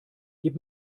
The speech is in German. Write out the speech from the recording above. gib